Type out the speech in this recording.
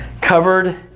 covered